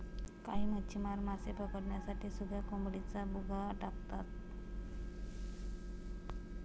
काही मच्छीमार मासे पकडण्यासाठी सुक्या कोळंबीचा भुगा टाकतात